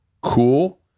cool